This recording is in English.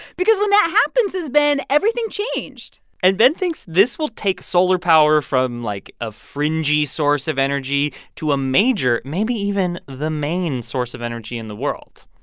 because when that happens it's been everything changed and ben thinks this will take solar power from, like, a fringy source of energy to a major, maybe even the main, source of energy in the world.